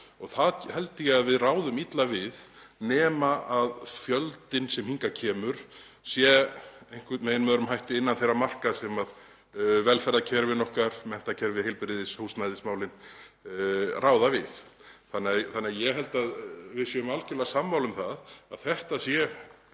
Það held ég að við ráðum illa við nema fjöldinn sem hingað kemur sé einhvern veginn með öðrum hætti og innan þeirra marka sem velferðarkerfin okkar, menntakerfið, heilbrigðis- og húsnæðismálin, ráða við. Ég held að við séum algjörlega sammála um að þetta sé